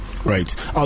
Right